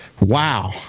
Wow